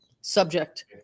subject